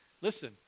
listen